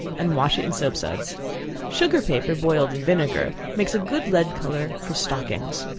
and wash it in soap-suds. sugar paper, boiled in vinegar, makes a good lead color for stockings.